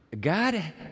God